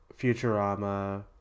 futurama